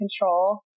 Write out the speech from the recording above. control